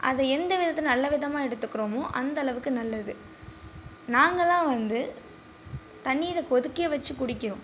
அதை எந்த விதத்தில் நல்ல விதமாக எடுத்துக்கிறோமோ அந்தளவுக்கு நல்லது நாங்கெல்லாம் வந்து ஸ் தண்ணீரை கொதிக்க வெச்சு குடிக்கிறோம்